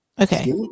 Okay